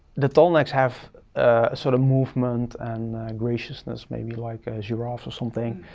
the tall necks have a sort of movement and graciousness, maybe like a giraffe or something.